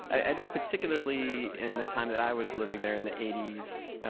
i think particularly in the time that i was living there in the eighty s,